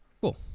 Cool